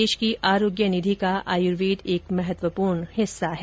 देश की आरोग्य निधि का आयुर्वेद एक महत्वपूर्ण हिस्सा है